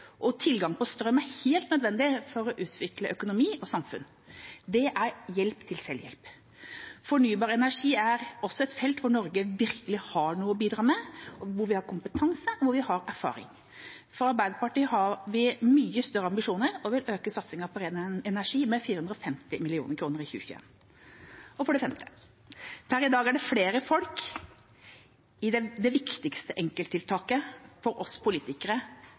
og tilgang på strøm er helt nødvendig for å utvikle økonomi og samfunn. Det er hjelp til selvhjelp. Fornybar energi er også et felt hvor Norge virkelig har noe å bidra med, der vi har kompetanse, og der vi har erfaring. Fra Arbeiderpartiets side har vi mye større ambisjoner og vil øke satsingen på ren energi med 450 mill. kr i 2021. Og det femte er: Per i dag er flere folk det viktigste enkelttiltaket for oss politikere